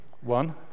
One